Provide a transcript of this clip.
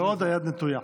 ועוד היד נטויה.